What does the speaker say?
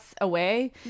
away